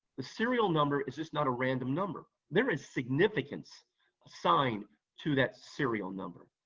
the serial number is just not a random number. there is significance assigned to that serial number.